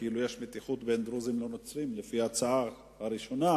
כאילו יש מתיחות בין דרוזים לנוצרים לפי ההצעה הראשונה,